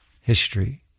history